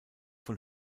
von